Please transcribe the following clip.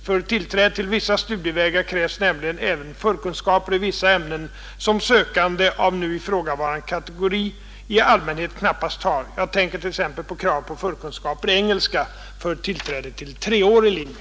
För tillträde till vissa studievägar krävs nämligen även förkunskaper i vissa ämnen som sökande av nu ifrågavarande kategori i allmänhet knappast har. Jag tänker t.ex. på kravet på förkunskaper i engelska för tillträde till treårig linje.